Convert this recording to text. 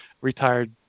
retired